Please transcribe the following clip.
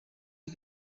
you